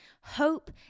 Hope